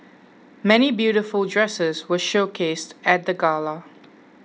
many beautiful dresses were showcased at the gala